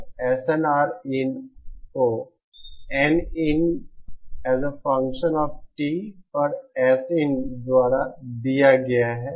अब SNRin को NinT पर Sin द्वारा दिया गया है